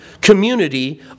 community